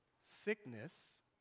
sickness